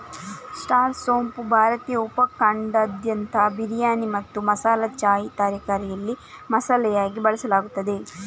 star ಸೋಂಪು ಭಾರತೀಯ ಉಪ ಖಂಡದಾದ್ಯಂತ ಬಿರಿಯಾನಿ ಮತ್ತು ಮಸಾಲಾ ಚಾಯ್ ತಯಾರಿಕೆಯಲ್ಲಿ ಮಸಾಲೆಯಾಗಿ ಬಳಸಲಾಗುತ್ತದೆ